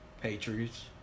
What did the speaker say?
Patriots